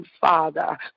Father